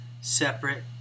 separate